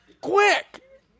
Quick